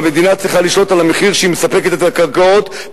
והמדינה צריכה לשלוט על המחיר של הקרקעות שהיא מספקת,